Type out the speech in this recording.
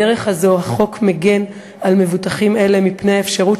בדרך הזאת החוק מגן על מבוטחים אלה מפני האפשרות